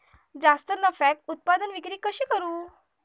जास्त नफ्याक उत्पादन विक्री कशी करू?